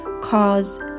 cause